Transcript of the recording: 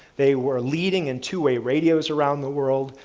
they were leading in two-way radios around the world.